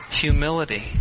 Humility